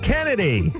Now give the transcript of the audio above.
Kennedy